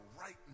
right